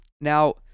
Now